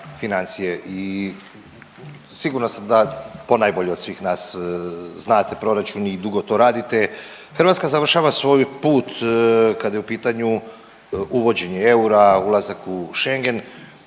financije i sigurno da ponajbolje od svih nas znate proračun i dugo to radite. Hrvatska završava svoj put kada je u pitanju uvođenje eura, ulazak u Schengen